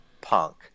Punk